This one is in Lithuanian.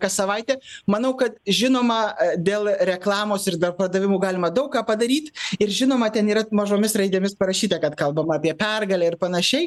kas savaitę manau kad žinoma dėl reklamos ir pardavimų galima daug ką padaryt ir žinoma ten yra mažomis raidėmis parašyta kad kalbama apie pergalę ir panašiai